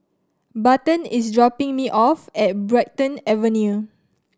Barton is dropping me off at Brighton Avenue